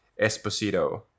Esposito